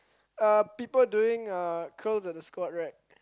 uh people doing uh curls and the squats right